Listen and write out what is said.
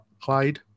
Clyde